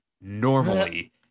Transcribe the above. normally